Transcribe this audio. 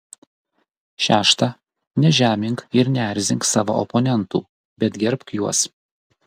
šešta nežemink ir neerzink savo oponentų bet gerbk juos